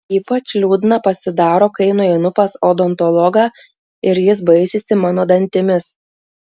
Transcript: ypač liūdna pasidaro kai nueinu pas odontologą ir jis baisisi mano dantimis